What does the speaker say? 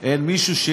אין מישהו,